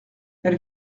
elle